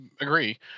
agree